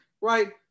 right